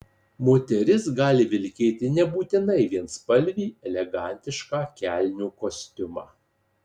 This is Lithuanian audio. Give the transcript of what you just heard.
moteris gali vilkėti nebūtinai vienspalvį elegantišką kelnių kostiumą